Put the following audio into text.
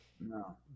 No